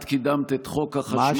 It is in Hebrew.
את קידמת את חוק החשמל.